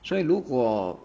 所以如果